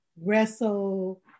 wrestle